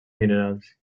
minerals